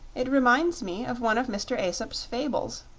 it reminds me of one of mr. aesop's fables.